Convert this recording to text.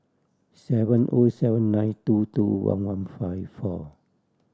seven O seven nine two two one one five four